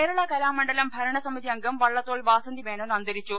കേരളകലാമണ്ഡലം ഭരണസമിതിഅംഗം വള്ളത്തോൾ വാസന്തി മേനോൻ അന്തരിച്ചു